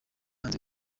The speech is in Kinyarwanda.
hanze